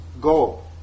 go